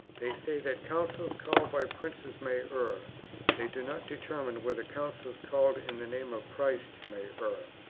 they say that councils called by princes may err they do not determine whether councils called in the name of christ may err.